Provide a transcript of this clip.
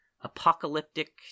apocalyptic